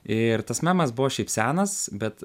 ir tas memas buvo šiaip senas bet